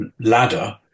ladder